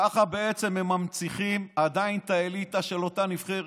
ככה בעצם הם עדיין מנציחים את האליטה של אותה נבחרת.